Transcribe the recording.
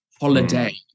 holiday